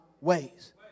ways